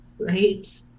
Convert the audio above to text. Right